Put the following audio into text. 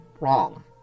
wrong